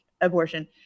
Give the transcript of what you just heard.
abortion